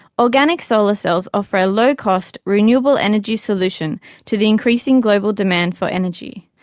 organic solar cells offer a low cost, renewable energy solution to the increasing global demand for energy.